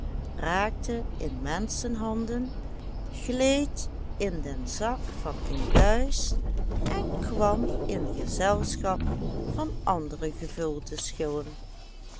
raakte in menschenhanden gleed in den zak van een buis en kwam in gezelschap van andere gevulde schillen